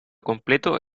completo